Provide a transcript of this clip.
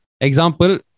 example